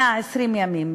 "צוות 120 הימים",